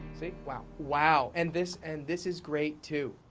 see, wow. wow! and this and this is great too.